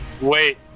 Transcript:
Wait